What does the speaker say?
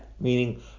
meaning